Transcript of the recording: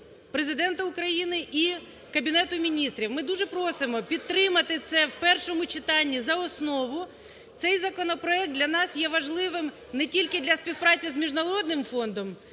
Президента України і Кабінету Міністрів. Ми дуже просимо підтримати це в першому читанні за основу. Цей законопроект для нас є важливим не тільки для співпраці з Міжнародним фондом,